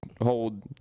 hold